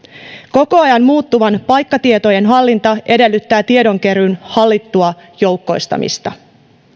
koko ajan muuttuva paikkatietojen hallinta edellyttää tiedonkeruun hallittua joukkoistamista